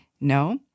No